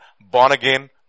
born-again